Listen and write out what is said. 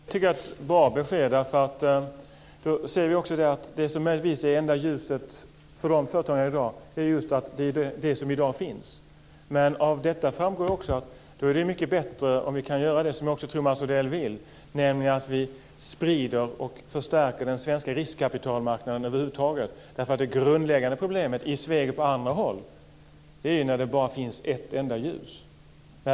Fru talman! Det tycker jag var ett bra besked. Då ser vi också att det enda ljuset för dessa företagare är just det som finns i dag. Av detta framgår också att det är mycket bättre om vi kan göra det som jag tror att också Mats Odell vill, nämligen sprida och förstärka den svenska riskkapitalmarknaden över huvud taget. Det grundläggande problemet i Sveg och på andra håll är nämligen att det bara finns ett enda ljus.